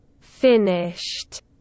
Finished